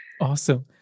Awesome